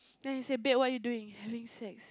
then he say baby what are you doing having sex